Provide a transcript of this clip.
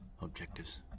Objectives